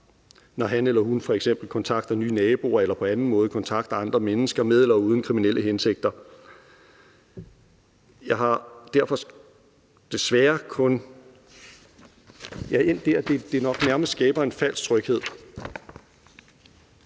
når han eller hun f.eks. kontakter nye naboer eller på anden måde kontakter andre mennesker med eller uden kriminelle hensigter. Jeg er endt der, hvor jeg synes, at det nok nærmest skaber en falsk tryghed.